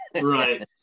Right